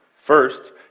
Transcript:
First